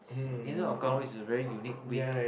you know the Kallang Wave is a very unique wave